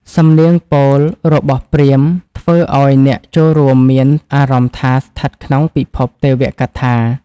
សំនៀងពោលរបស់ព្រាហ្មណ៍ ធ្វើឱ្យអ្នកចូលរួមមានអារម្មណ៍ថាស្ថិតក្នុងពិភពទេវកថា។